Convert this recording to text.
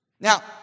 Now